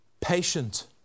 patient